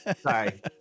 Sorry